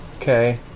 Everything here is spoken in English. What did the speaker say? okay